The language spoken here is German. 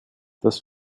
dass